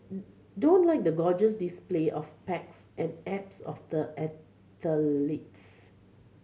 don't like the gorgeous display of pecs and abs of the athletes